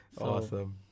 Awesome